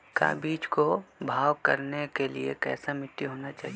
का बीज को भाव करने के लिए कैसा मिट्टी होना चाहिए?